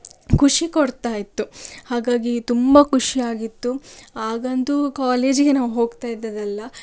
ಖುಷಿ ಕೊಡ್ತಾಯಿತ್ತು ಹಾಗಾಗಿ ತುಂಬ ಖುಷಿಯಾಗಿತ್ತು ಆಗಂತೂ ಕಾಲೇಜಿಗೆ ನಾವು ಹೋಗ್ತಾಯಿದ್ದದಲ್ಲ